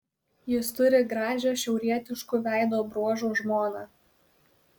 jis turi gražią šiaurietiškų veido bruožų žmoną